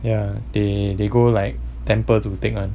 ya they they go like temple to take [one]